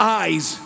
eyes